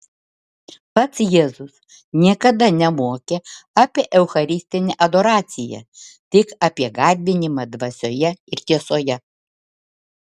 pats jėzus niekada nemokė apie eucharistinę adoraciją tik apie garbinimą dvasioje ir tiesoje